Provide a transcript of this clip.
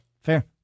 fair